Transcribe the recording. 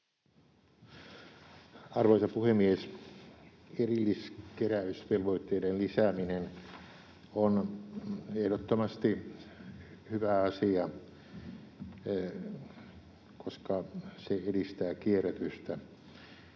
Arvoisa puhemies! Erilliskeräysvelvoitteiden lisääminen on ehdottomasti hyvä asia, koska se edistää kierrätystä.